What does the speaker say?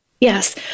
Yes